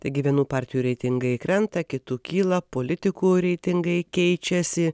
taigi vienų partijų reitingai krenta kitų kyla politikų reitingai keičiasi